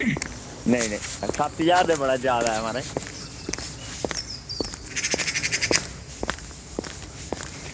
नेईंनेईं सत्त ज्हार ते बड़ा जादै म्हाराज